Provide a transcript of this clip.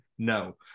no